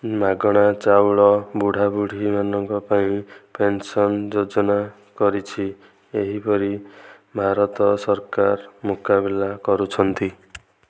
ମାଗଣା ଚାଉଳ ବୁଢାବୁଢୀମାନଙ୍କ ପାଇଁ ପେନସନ ଯୋଜନା କରିଛି ଏହିଭଳି ଭାରତ ସରକାର ମୁକାବିଲା କରୁଛନ୍ତି